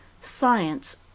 Science